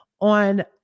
on